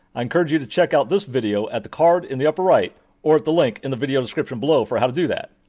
i encourage you to check out this video at the card in the upper right or at the link in the video description below for how to do that.